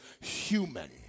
human